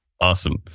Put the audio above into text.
Awesome